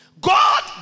God